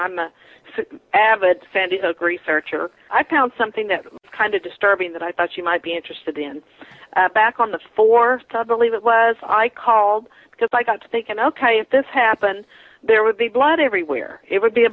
i'm a avid fan disagree searcher i found something that kind of disturbing that i thought you might be interested in back on the for believe it was i called because i got to thinking ok if this happened there would be blood everywhere it would be a